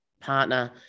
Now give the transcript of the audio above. partner